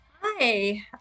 Hi